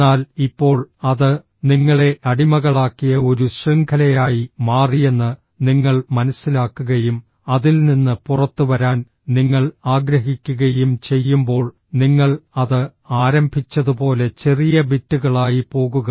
എന്നാൽ ഇപ്പോൾ അത് നിങ്ങളെ അടിമകളാക്കിയ ഒരു ശൃംഖലയായി മാറിയെന്ന് നിങ്ങൾ മനസ്സിലാക്കുകയും അതിൽ നിന്ന് പുറത്തുവരാൻ നിങ്ങൾ ആഗ്രഹിക്കുകയും ചെയ്യുമ്പോൾ നിങ്ങൾ അത് ആരംഭിച്ചതുപോലെ ചെറിയ ബിറ്റുകളായി പോകുക